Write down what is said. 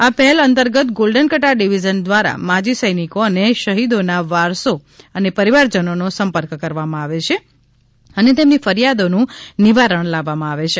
આ પહેલ અંતર્ગત ગોલ્ડન કતાર ડિવિઝન દ્વારા માજી સૈનિકો અને શહીદોના વારસો અને પરિવારજનોનો સંપર્ક કરવામાં આવે છે અને તેમની ફરિયાદોનું નિવારણ લાવવામાં આવે છે